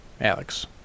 Alex